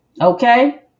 Okay